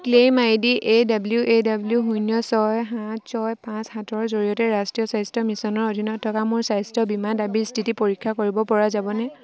claim I D A W A W শূন্য ছয় সাত ছয় পাঁচ সাতৰ জৰিয়তে ৰাষ্ট্ৰীয় স্বাস্থ্য মিছনৰ অধীনত থকা মোৰ স্বাস্থ্য বীমা দাবীৰ স্থিতি পৰীক্ষা কৰিবপৰা যাবনে